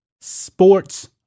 Sports